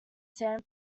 san